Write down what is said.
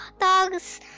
dogs